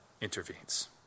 intervenes